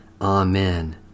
Amen